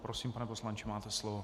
Prosím, pane poslanče, máte slovo.